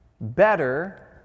Better